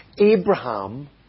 Abraham